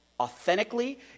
Authentically